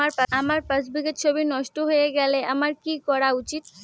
আমার পাসবুকের ছবি নষ্ট হয়ে গেলে আমার কী করা উচিৎ?